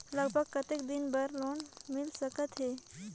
लगभग कतेक दिन बार लोन मिल सकत हे?